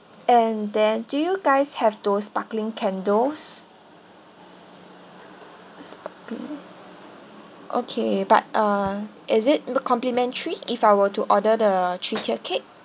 and then do you guys have those sparkling candles sparkling okay but uh is it complimentary if I were to order the three tiered cake